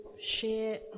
share